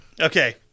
Okay